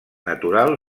natural